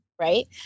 right